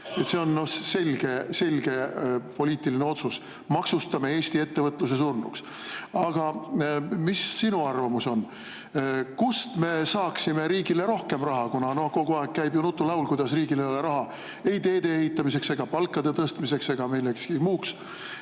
See on selge poliitiline otsus: maksustada Eesti ettevõtlus surnuks. Mis on sinu arvamus? Kust me saaksime riigile rohkem raha? Kogu aeg käib nutulaul, kuidas riigil ei ole raha ei teede ehitamiseks ega palkade tõstmiseks ega millekski muuks.